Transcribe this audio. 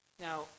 Now